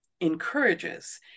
Encourages